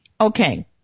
Okay